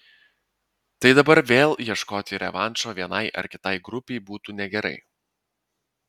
tai dabar vėl ieškoti revanšo vienai ar kitai grupei būtų negerai